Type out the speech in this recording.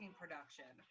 production